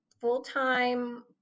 full-time